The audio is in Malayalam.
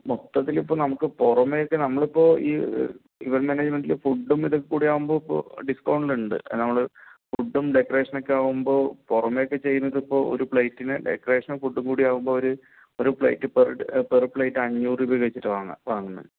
മൊത്തത്തില് ഇപ്പോൾ നമുക്ക് പുറമേയ്ക്ക് നമ്മൾ ഇപ്പോൾ ഈ ഒരു ഇവൻ്റ് മാനേജ്മെൻ്റിൽ ഫുഡും ഇതൊക്കെ കൂടെ ആകുമ്പോൾ ഇപ്പോൾ ഡീസകൌണ്ട് ഉണ്ട് നമ്മൾ ഫുഡും ഡെക്കറേഷൻ ഒക്കെ ആകുമ്പോൾ പുറമെയൊക്കെ ചെയ്യുന്നത് ഇപ്പോൾ ഒരു പ്ലെയ്റ്റിനു ഡെക്കറേഷനും ഫുഡും കൂടി ആകുമ്പോൾ ഒരു ഒരു പ്ലെയ്റ്റ് പർ പ്ലെയ്റ്റ് അഞ്ഞൂർ രൂപ വെച്ചിട്ടാണ് വാങ്ങുക ആ